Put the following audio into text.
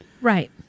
Right